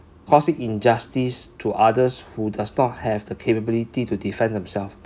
causing injustice to others who does not have the capability to defend themselves